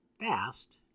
fast